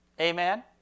Amen